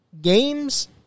games